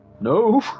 No